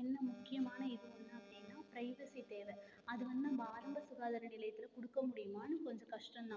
என்ன முக்கியமான இது என்ன அப்படின்னா பிரைவசி தேவை அது வந்து நம்ம ஆரம்ப சுகாதார நிலையத்தில் கொடுக்க முடியுமானு கொஞ்சம் கஷ்டம் தான்